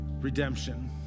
Redemption